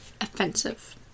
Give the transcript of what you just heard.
offensive